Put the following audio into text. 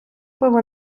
пиво